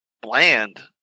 bland